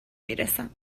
میرسم